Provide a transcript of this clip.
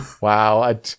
Wow